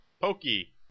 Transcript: Pokey